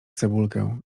cebulkę